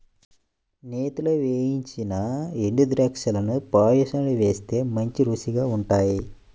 నేతిలో వేయించిన ఎండుద్రాక్షాలను పాయసంలో వేస్తే మంచి రుచిగా ఉంటాయి